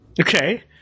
Okay